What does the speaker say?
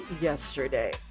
yesterday